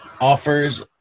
offers